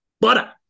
butter